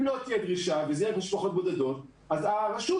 אם לא תהיה דרישה ויהיו משפחות בודדות אז הרשות